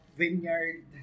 vineyard